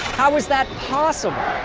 how is that possible?